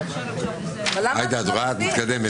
הצבעה מס' 2 בעד ההסתייגות 5 נגד,